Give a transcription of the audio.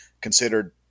considered